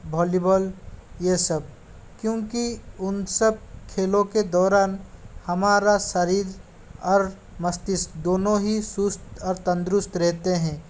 volleyball ये सब क्योंकि उन सब खेलों के दौरान हमारा शरीर और मस्तिष्क दोनों ही चुस्त और तंदुरुस्त रहते हैं